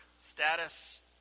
status